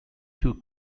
two